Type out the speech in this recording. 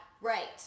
Right